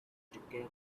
together